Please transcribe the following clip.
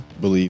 believe